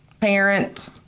parent